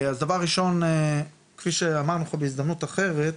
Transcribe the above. דבר ראשון כפי שאמרנו בהזדמנות אחרת,